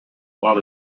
while